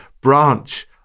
branch